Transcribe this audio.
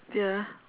ya